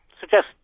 suggest